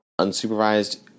unsupervised